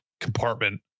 compartment